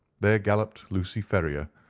there galloped lucy ferrier,